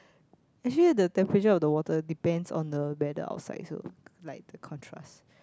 actually the temperature of the water depends on the weather outside like the contrast